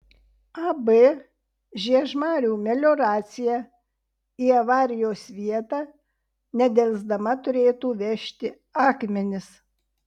ab žiežmarių melioracija į avarijos vietą nedelsdama turėtų vežti akmenis